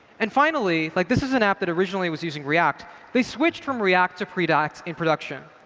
and finally like this is an app that originally was using react they switched from react to preact in production.